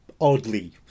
oddly